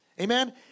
Amen